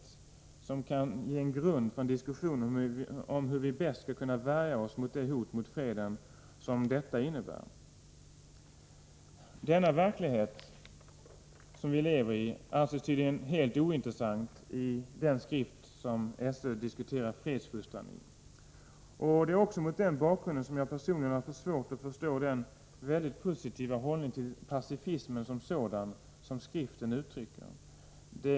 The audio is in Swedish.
Kunskaperna skall ge en grund för en diskussion om hur vi bäst skall kunna värja oss mot det hot mot freden som ubåtskränkningarna innebär. Den verklighet som vi lever i anses tydligen helt ointressant i den skrift där SÖ diskuterar fredsforstran. Det är mot den bakgrunden som jag personligen har svårt att förstå den mycket positiva hållning till pacifismen som sådan som skriften uttrycker.